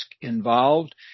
involved